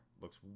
looks